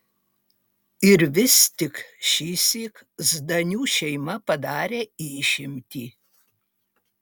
ir vis tik šįsyk zdanių šeima padarė išimtį